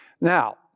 Now